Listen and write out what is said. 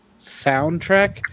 soundtrack